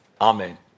Amen